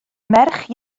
merch